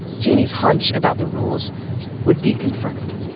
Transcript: janey's hunch about the rules would be confirmed.